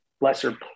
lesser